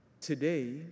Today